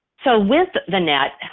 so with the net,